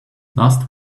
last